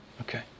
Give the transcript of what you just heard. okay